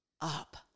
up